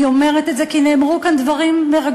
אני אומרת את זה כי נאמרו כאן דברים מרגשים,